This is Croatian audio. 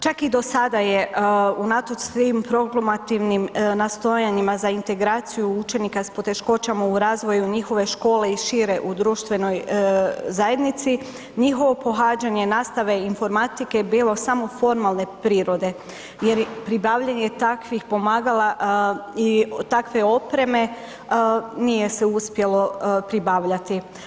Čak i do sada je unatoč svim proklamativnim nastojanjima za integraciju učenika s poteškoćama u razvoju njihove škole i šire u društvenoj zajednici, njihovo pohađanje nastave informatike je bilo samo formalne prirode jer pribavljanje takvih pomagala i takve opreme nije se uspjelo pribavljati.